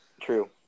true